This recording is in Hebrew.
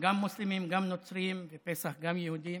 גם מוסלמים, גם נוצרים ובפסח גם יהודים.